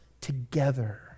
together